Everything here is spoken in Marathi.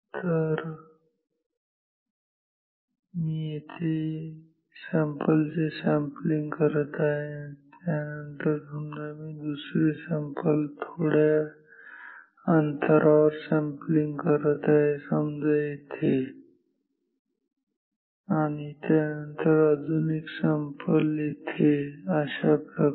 तर मी येथे एक सॅम्पल चे सॅम्पलिंग करत आहे आणि त्यानंतर समजा मी दुसरे सॅम्पल थोड्या जास्त अंतरावर सॅम्पलिंग करत आहे समजा इथे आणि त्यानंतर अजून एक सॅम्पल इथे आणि अशाप्रकारे